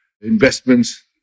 investments